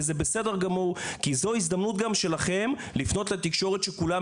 וזה בסדר גמור כי זו ההזדמנות גם שלכם לפנות לתקשורת כשכולם